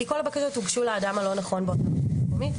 כי כל הבקשות הוגשו לבן אדם הלא נכון באותה רשות מקומית,